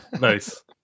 Nice